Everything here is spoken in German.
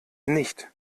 nicht